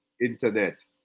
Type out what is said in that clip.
internet